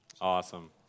Awesome